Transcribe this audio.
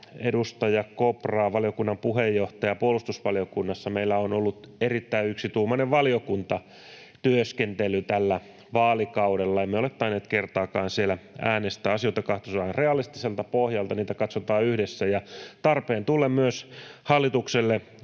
edustaja Kopraa, valiokunnan puheenjohtajaa, että puolustusvaliokunnassa meillä on ollut erittäin yksituumainen valiokuntatyöskentely tällä vaalikaudella. Emme ole tainneet kertaakaan siellä äänestää. Asioita katsotaan realistiselta pohjalta, niitä katsotaan yhdessä, ja tarpeen tullen myös hallitukselle